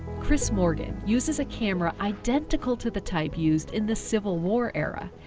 chris morgan uses a camera identical to the type used in the civil war era.